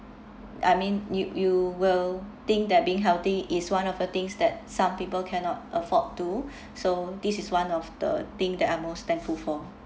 I mean you you will think that being healthy is one of the things that some people cannot afford to so this is one of the thing that I most thankful for